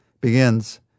begins